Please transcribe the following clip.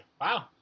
Wow